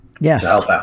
yes